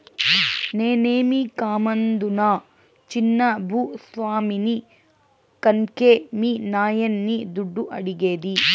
నేనేమీ కామందునా చిన్న భూ స్వామిని కన్కే మీ నాయన్ని దుడ్డు అడిగేది